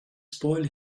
spoil